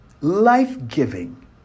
Life-giving